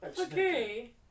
Okay